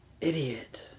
idiot